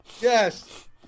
Yes